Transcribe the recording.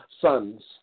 sons